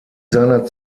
seiner